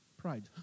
pride